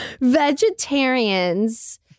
Vegetarians